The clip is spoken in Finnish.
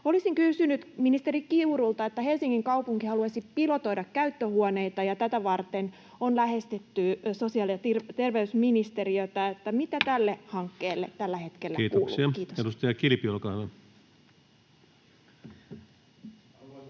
Olisin kysynyt ministeri Kiurulta: Helsingin kaupunki haluaisi pilotoida käyttöhuoneita ja tätä varten on lähestytty sosiaali- ja terveysministeriötä. Mitä tälle hankkeelle tällä hetkellä kuuluu? — Kiitos.